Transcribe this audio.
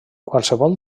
qualsevol